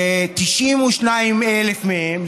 ו-92,000 מהם,